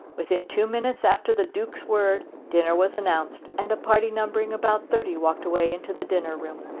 within two minutes after the duke's word dinner was announced, and a party numbering about thirty walked away into the dinner-room.